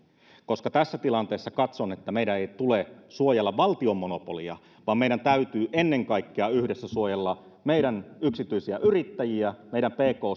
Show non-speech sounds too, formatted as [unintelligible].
koska tässä tilanteessa katson että meidän ei tule suojella valtion monopolia vaan meidän täytyy ennen kaikkea yhdessä suojella meidän yksityisiä yrittäjiä meidän pk [unintelligible]